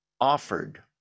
Offered